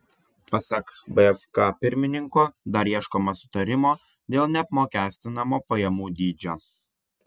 pasak bfk pirmininko dar ieškoma sutarimo dėl neapmokestinamo pajamų dydžio